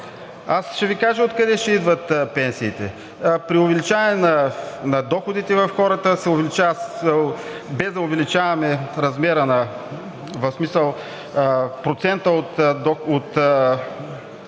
Аз ще Ви кажа откъде ще идват пенсиите. При увеличаване на доходите на хората, без да увеличаваме размера, в смисъл процента от